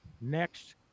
next